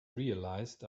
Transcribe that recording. realized